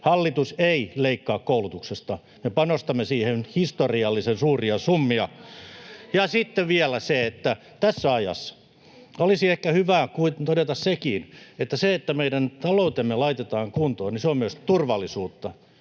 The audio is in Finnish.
Hallitus ei leikkaa koulutuksesta. Me panostamme siihen historiallisen suuria summia. Ja sitten vielä se, että tässä ajassa olisi ehkä hyvä todeta sekin, että se, että meidän taloutemme laitetaan kuntoon, on myös turvallisuutta.